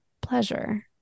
pleasure